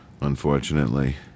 Unfortunately